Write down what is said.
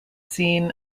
seen